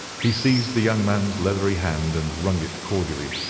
he seized the young man's leathery hand and wrung it cordially.